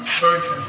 searching